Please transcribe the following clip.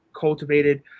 cultivated